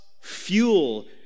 fuel